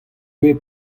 bet